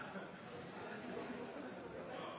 det er et